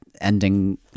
ending